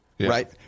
right